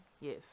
Yes